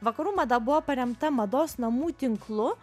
vakarų mada buvo paremta mados namų tinklu